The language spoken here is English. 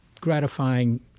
gratifying